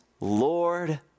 Lord